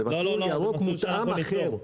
זה פשוט ירוק מותאם אחר.